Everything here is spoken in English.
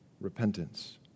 repentance